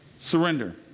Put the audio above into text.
Surrender